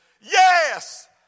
Yes